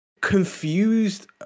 confused